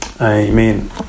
Amen